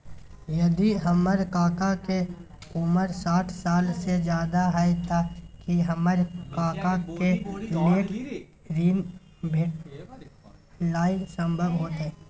यदि हमर काका के उमर साठ साल से ज्यादा हय त की हमर काका के लेल ऋण भेटनाय संभव होतय?